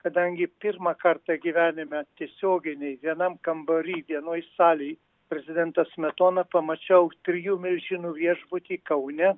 kadangi pirmą kartą gyvenime tiesioginiai vienam kambary vienoj salėj prezidentą smetoną pamačiau trijų milžinų viešbuty kaune